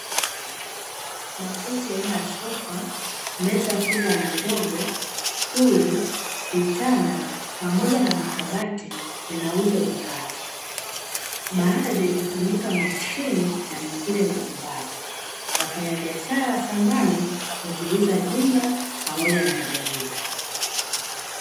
Makochi aina ya sofa, meza kubwa na ndogo, stuli, vitanda pamoja na makabati vinauzwa dukani. Baadhi hutumika maofisini na nyingine majumbani. Wafanyabiashara wa samani huziuza jumla pamoja na rejareja.